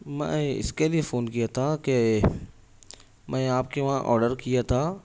میں اس کے لیے فون کیا تھا کہ میں آپ کے وہاں آڈر کیا تھا